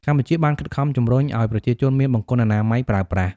កម្ពុជាបានខិតខំជំរុញឱ្យប្រជាជនមានបង្គន់អនាម័យប្រើប្រាស់។